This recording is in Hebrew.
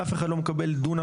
אף אחד לא מקבל דונם,